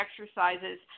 exercises